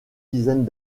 dizaines